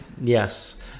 Yes